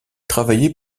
travaillait